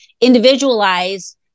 individualize